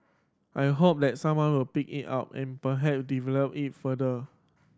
I hope that someone will pick it up and perhap develop it further